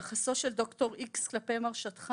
יחסו של ד"ר X כלפי מרשתך